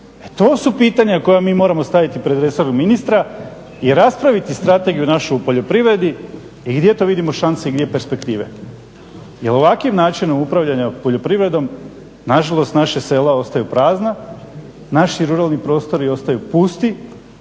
to su pitanja koja mi moramo staviti pred resornog ministra i raspraviti strategiju našu u poljoprivredi i gdje to vidimo šanse i gdje perspektive. Jer ovakvim načinom upravljanja poljoprivredom nažalost naša sela ostaju prazna, naši ruralni prostori ostaju pusti